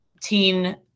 teen